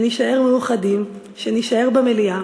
שנישאר מאוחדים, שנישאר במליאה